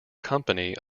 company